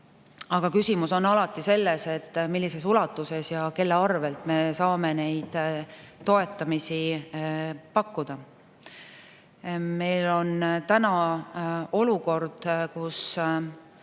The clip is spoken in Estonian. aga küsimus on alati selles, millises ulatuses ja kelle arvelt me saame toetamist pakkuda. Meil on olukord, kus